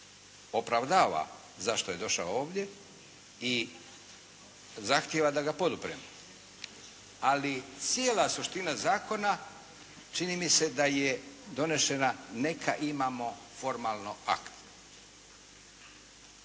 opravdava zašto je došao ovdje i zahtjeva da ga podupremo. Ali cijela suština zakona čini mi se da je donešena, neka imamo formalno akt.